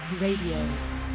Radio